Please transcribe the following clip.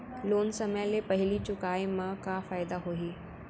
Loan समय ले पहिली चुकाए मा का फायदा होही?